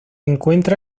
encuentra